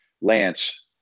Lance